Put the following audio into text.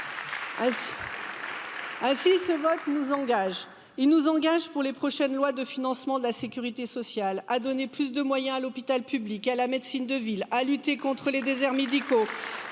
Ainsi, ce vote nous engage, pour les prochaines lois de financement de la sécurité sociale, à donner pluss de moyens à l'hôpital public, à la médecine de ville, à lutter contre les déserts médicaux,